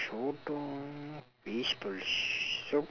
sotong fishball soup